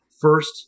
first